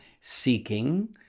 seeking